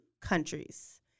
countries